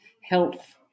Health